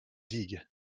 digues